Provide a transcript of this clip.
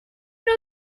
know